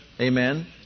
Amen